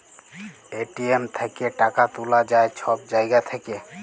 ATM থ্যাইকে টাকা তুলা যায় ছব জায়গা থ্যাইকে